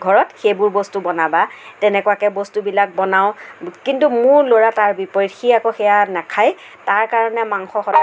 ঘৰত সেইবোৰ বস্তু বনাবা তেনেকুৱাকৈ বস্তুবিলাক বনাওঁ কিন্তু মোৰ ল'ৰা তাৰ বিপৰীত সি আক সেইয়া নাখায় তাৰ কাৰণে মাংস সদায়